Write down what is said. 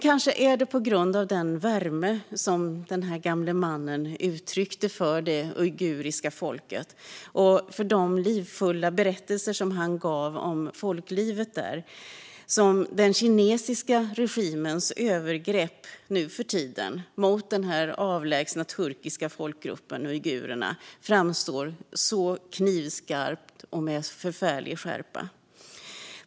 Kanske är det på grund av den värme som den gamle mannen uttryckte för det uiguriska folket och för hans livfulla berättelser om folklivet där som den kinesiska regimens nutida övergrepp mot denna avlägsna turkiska folkgrupp, uigurerna, framstår med så knivskarp och förfärlig skärpa.